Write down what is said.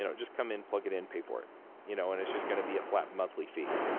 you know just come in, plug it in, pay for it. you know and it's just going to be a flat monthly fee.